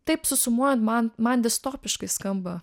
taip susumuojan man man distopiškai skamba